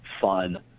fun